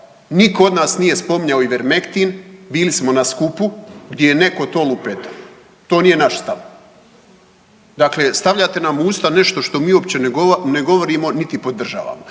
nitko od nas nije spominjao Ivermektin, bili smo na skupu gdje je netko to lupetao. To nije naš stav. Dakle stavljate nam u usta nešto što mi uopće ne govorimo niti podržavamo.